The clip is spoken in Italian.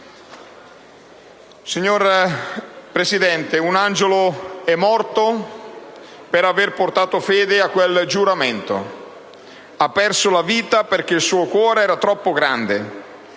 Signor Presidente, un angelo è morto per aver portato fede a quel giuramento: ha perso la vita perché il suo cuore era troppo grande